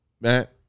Matt